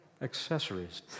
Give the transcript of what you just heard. accessories